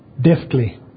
deftly